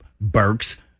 Burks